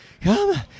Come